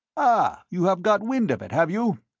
ah, you have got wind of it, have you?